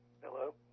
Hello